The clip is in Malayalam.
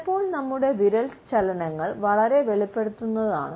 ചിലപ്പോൾ നമ്മുടെ വിരൽ ചലനങ്ങൾ വളരെ വെളിപ്പെടുത്തുന്നതാണ്